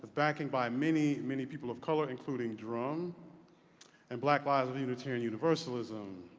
backing by many, many people of color, including druumm and black lives of unitarian universalism.